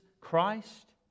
Christ